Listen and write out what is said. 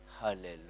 Hallelujah